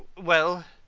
well,